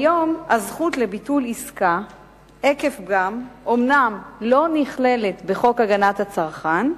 כיום הזכות לביטול עסקה עקב פגם אומנם לא נכללת בחוק הגנת הצרכן,